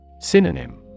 Synonym